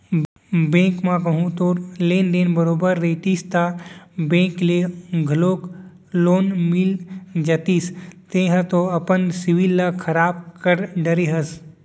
bank म कहूँ तोर लेन देन बरोबर रहितिस ता बेंक ले घलौक लोन मिल जतिस तेंहा तो अपन सिविल ल खराब कर डरे हस